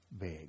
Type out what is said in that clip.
big